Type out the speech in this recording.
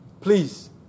please